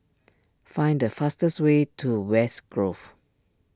find the fastest way to West Grove